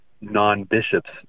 non-bishops